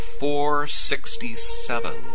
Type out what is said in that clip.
467